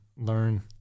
learn